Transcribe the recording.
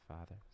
Father